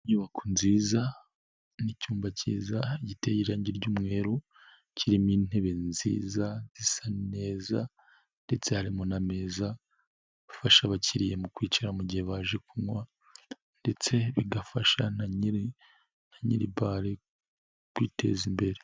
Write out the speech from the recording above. Inyubako nziza n'icyumba cyiza giteye irangi ry'umweru, kirimo intebe nziza zisa neza ndetse harimo na meza afasha abakiriya mu kwicara mu gihe baje kunywa ndetse bigafasha na nyiri bare kwiteza imbere.